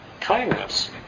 kindness